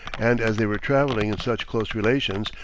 and as they were traveling in such close relations,